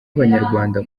abanyarwanda